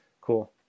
Cool